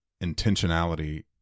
intentionality